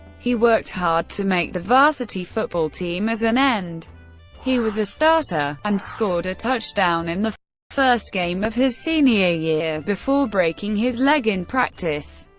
he worked hard to make the varsity football team as an end he was a starter and scored a touchdown in the first game of his senior year before breaking his leg in practice.